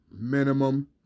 minimum